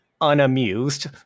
unamused